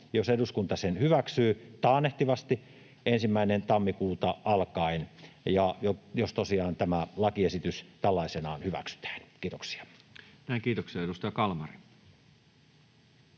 jos eduskunta sen hyväksyy — taannehtivasti 1. tammikuuta alkaen, jos tosiaan tämä lakiesitys tällaisenaan hyväksytään. — Kiitoksia. Näin, kiitoksia. — Edustaja Kalmari.